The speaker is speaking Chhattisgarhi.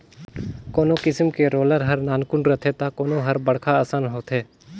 कोनो किसम के रोलर हर नानकुन रथे त कोनो हर बड़खा असन होथे